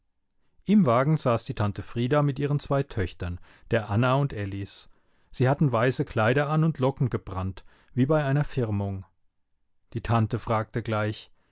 im wagen saß die tante frieda mit ihren zwei töchtern der anna und elis sie hatten weiße kleider an und locken gebrannt wie bei einer firmung die tante fragte gleich